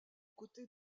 côté